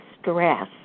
stress